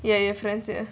ya your friends ya